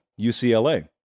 UCLA